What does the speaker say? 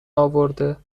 اورده